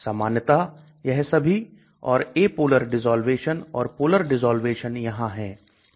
सामान्यता यह सभी और apolar desolvation और polar desolvation यहां है